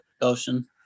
Ocean